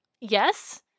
Yes